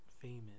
Famous